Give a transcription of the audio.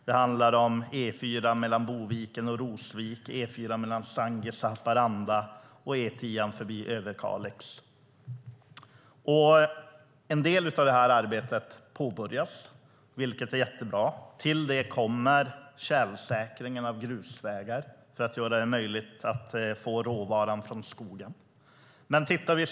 Det handlar om E4 mellan Boviken och Rosvik, E4 mellan Sangis och Haparanda och E10 förbi Överkalix. En del av det här arbetet påbörjas, vilket är jättebra. Till det kommer tjälsäkringen av grusvägar för att göra det möjligt att få råvaran från skogen.